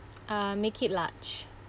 uh make it large